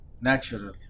natural